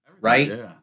Right